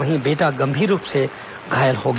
वहीं बेटा गंभीर रूप से घायल हो गया